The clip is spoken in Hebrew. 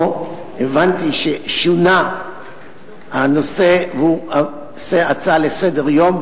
הבנתי ששונה הנושא והוא הצעה לסדר-היום.